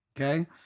Okay